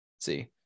See